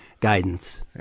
guidance